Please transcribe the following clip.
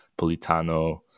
Politano